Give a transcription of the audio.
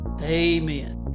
Amen